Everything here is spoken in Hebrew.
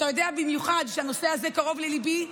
אתה יודע שהנושא הזה קרוב לליבי במיוחד,